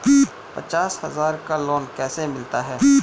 पचास हज़ार का लोन कैसे मिलता है?